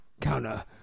counter